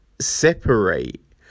separate